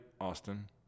Austin